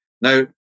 Now